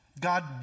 God